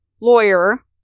lawyer